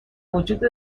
موجود